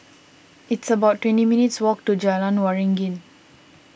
it's about twenty minutes' walk to Jalan Waringin